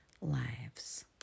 lives